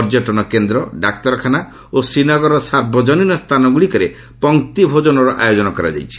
ପର୍ଯ୍ୟଟନ କେନ୍ଦ୍ର ଡାକ୍ତରଖାନା ଓ ଶ୍ରୀନଗରର ସାର୍ବଜନୀନ ସ୍ଥାନଗୁଡ଼ିକରେ ପଙ୍କ୍ତି ଭୋଜନର ଆୟୋଜନ କରାଯାଇଛି